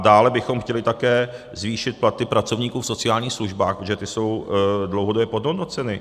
Dále bychom chtěli také zvýšit platy pracovníkům v sociálních službách, protože ty jsou dlouhodobě podhodnoceny.